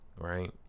Right